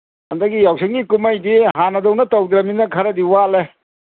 ꯍꯟꯗꯛꯀꯤ ꯌꯥꯎꯁꯪꯒꯤ ꯀꯨꯝꯍꯩꯗꯤ ꯍꯥꯟꯅꯗꯧꯅ ꯇꯧꯗ꯭ꯔꯕꯅꯤꯅ ꯈꯔꯗꯤ ꯋꯥꯠꯂꯦ